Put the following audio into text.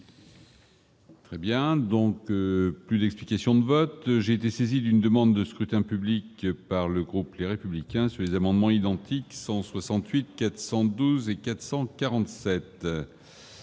Très bien, donc plus d'explication de vote j'ai été saisi d'une demande de scrutin public par le groupe, les républicains sur les amendements identiques 168 402 et 447.